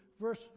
verse